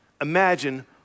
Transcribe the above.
imagine